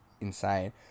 insane